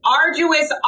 arduous